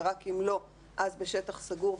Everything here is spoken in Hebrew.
ורק אם לא אז בשטח סגור,